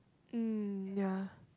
mm ya